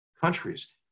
countries